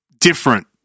different